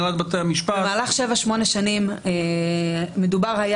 במהלך שבע, שמונה שנים מדובר היה